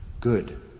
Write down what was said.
good